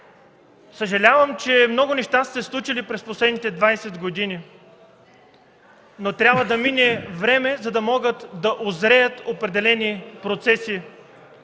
Съжалявам, че много неща са се случили през последните двадесет години, но трябва да мине време, за да могат да узреят определени процеси.